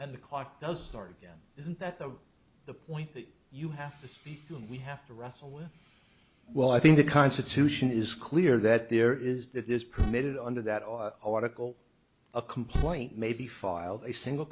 and the clock does start again isn't that the the point that you have to speak to we have to wrestle with well i think the constitution is clear that there is that this permitted under that article a complaint may be filed a single